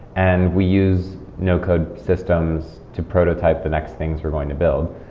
and we use no code systems to prototype the next things we're going to build.